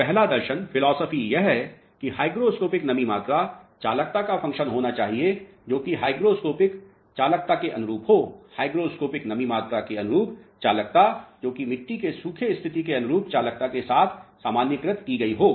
तो पहला दर्शन यह है कि हाइग्रोस्कोपिक नमी मात्रा चालकता का फंक्शन होना चाहिए जो कि हाइग्रोस्कोपिक चालकता के अनुरूप हो हाइग्रोस्कोपिक नमी मात्रा के अनुरूप चालकता जो कि मिट्टी के सूखे स्थिति के अनुरूप चालकता के साथ सामान्यीकृत की गयी हो